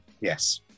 Yes